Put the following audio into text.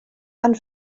and